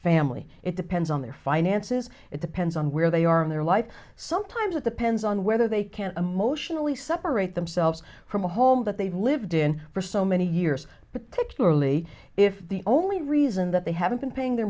family it depends on their finances it depends on where they are in their life sometimes with the pen's on whether they can emotionally separate themselves from a home that they've lived in for so many years particularly if the only reason that they haven't been paying their